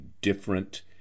different